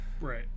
Right